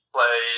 play